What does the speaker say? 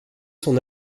son